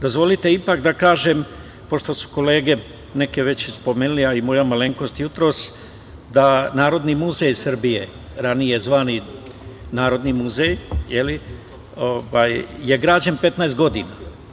Dozvolite ipak da kažem, pošto su kolege neke već i spomenule, a i moja malenkost jutros, da Narodni muzej Srbije, ranije zvani Narodni muzej, je li, je građen 15 godina.